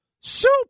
Soup